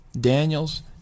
Daniels